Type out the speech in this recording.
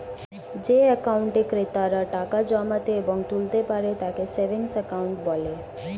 যে অ্যাকাউন্টে ক্রেতারা টাকা জমাতে এবং তুলতে পারে তাকে সেভিংস অ্যাকাউন্ট বলে